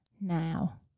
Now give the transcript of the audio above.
now